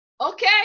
Okay